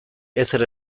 ezer